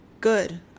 good